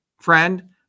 friend